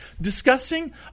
discussing